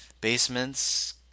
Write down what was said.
basements